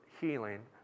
healing